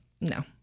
no